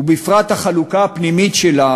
ובפרט החלוקה הפנימית שלה,